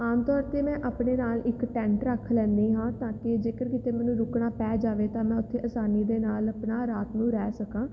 ਆਮ ਤੌਰ 'ਤੇ ਮੈਂ ਆਪਣੇ ਨਾਲ ਇੱਕ ਟੈਂਟ ਰੱਖ ਲੈਦੀ ਹਾਂ ਤਾਂ ਕਿ ਜੇਕਰ ਕਿਤੇ ਮੈਨੂੰ ਰੁਕਣਾ ਪੈ ਜਾਵੇ ਤਾਂ ਮੈਂ ਉੱਥੇ ਆਸਾਨੀ ਦੇ ਨਾਲ ਆਪਣਾ ਰਾਤ ਨੂੰ ਰਹਿ ਸਕਾਂ